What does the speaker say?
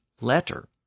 Letter